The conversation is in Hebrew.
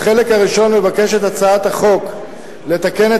בחלק הראשון מבקשת הצעת החוק לתקן את